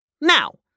Now